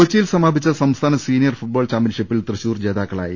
കൊച്ചിയിൽ സമാപിച്ച സംസ്ഥാന സീനിയർ ഫുട്ബോൾ ചാമ്പ്യൻഷിപ്പിൽ തൃശൂർ ജേതാക്കളായി